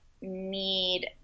need